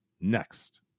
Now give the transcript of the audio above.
Next